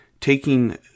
taking